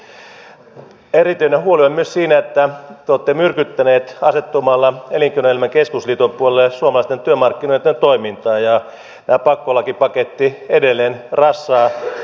erityinen huoli on myös siinä että te olette myrkyttäneet asettumalla elinkeinoelämän keskusliiton puolelle suomalaisten työmarkkinoitten toimintaa ja pakkolakipaketti edelleen rassaa neuvottelupöytää